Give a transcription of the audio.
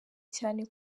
cyane